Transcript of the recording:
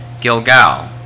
Gilgal